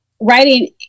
writing